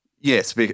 Yes